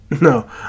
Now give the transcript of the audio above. No